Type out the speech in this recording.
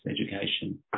education